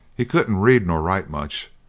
he couldn't read nor write much,